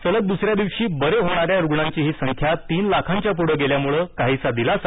सलग दुसऱ्या दिवशी बरे होणाऱ्या रुग्णांचीही संख्या तीन लाखांच्या पुढं गेल्यानं काहीसा दिलासा